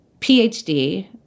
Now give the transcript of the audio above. PhD